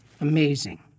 amazing